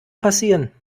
passieren